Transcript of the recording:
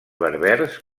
berbers